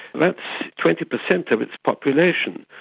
but twenty percent of its population.